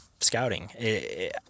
scouting